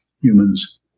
Humans